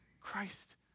Christ